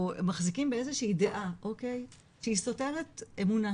או מחזיקים באיזושהי דעה שהיא סותרת אמונה,